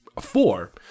four